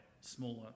smaller